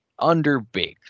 underbaked